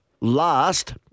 last